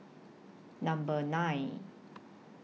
Number nine